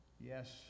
Yes